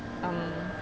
um